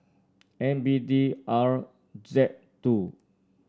N B D R Z two